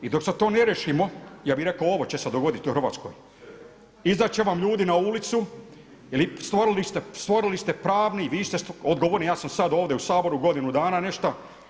I dok sad to ne riješimo, ja bih rekao ovo će se dogoditi u Hrvatskoj, izaći će vam ljudi na ulicu jer stvorili ste pravni, vi ste odgovorni, ja sam sada ovdje u Saboru godinu dana nešto.